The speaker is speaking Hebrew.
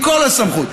עם כל הסמכות.